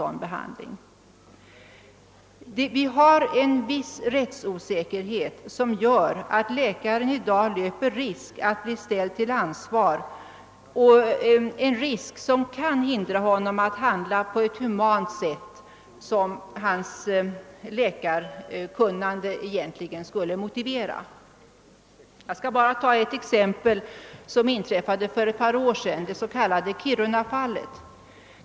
Det råder en viss rättsosäkerhet, varför läkaren i dag löper risken att bli ställd till ansvar — en risk som kan hindra honom att handla på ett humant sätt som hans läkarkunnande egentligen skulle motivera. Jag skall bara ta ett exempel, som inträffade för ett par år sedan, det s.k. kirunafallet.